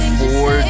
four